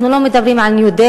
אנחנו לא מדברים על ניו-דלהי,